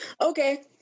Okay